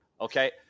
Okay